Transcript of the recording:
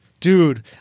Dude